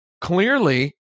Clearly